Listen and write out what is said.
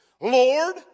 Lord